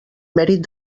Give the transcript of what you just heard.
mèrit